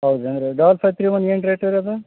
ಹೌದೇನ್ರಿ double five three one ಏನ್ rate ಇರೋದು